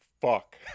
fuck